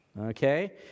Okay